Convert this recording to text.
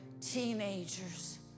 teenagers